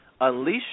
unleash